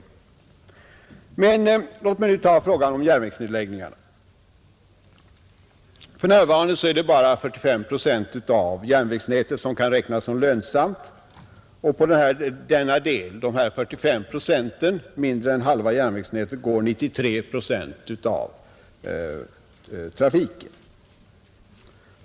Torsdagen den Men låt mig nu ta upp frågan om järnvägsnedläggningarna. För 13 maj 1971 närvarande är det bara 45 procent av järnvägsnätet som kan räkas osm Z— — lönsamt och på denna del — mindre än halva järnvägsnätet — går 93 Den statliga trafikprocent av trafiken.